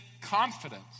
confidence